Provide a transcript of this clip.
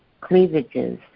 cleavages